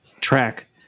track